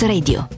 Radio